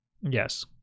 yes